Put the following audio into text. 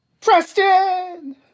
Preston